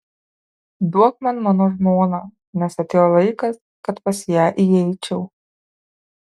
duok man mano žmoną nes atėjo laikas kad pas ją įeičiau